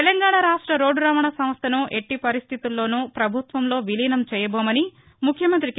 తెలంగాణ రాష్ట రోడ్ట రవాణా సంస్టను ఎట్టి పరిస్టితుల్లోనూ పభుత్వంలో విలీనం చేయబోమని ముఖ్యమంత్రి కే